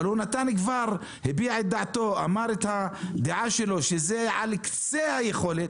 אבל הוא כבר הביע את דעתו שזה על קצה היכולת.